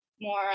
more